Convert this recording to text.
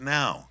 now